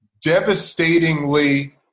devastatingly